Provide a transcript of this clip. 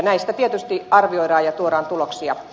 näitä tietysti arvioidaan ja tuodaan tuloksia